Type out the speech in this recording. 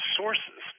sources